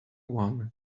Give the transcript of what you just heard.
one